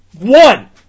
One